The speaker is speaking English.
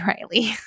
Riley